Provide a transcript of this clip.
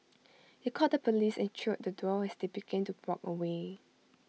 he called the Police and trailed the duo as they began to walk away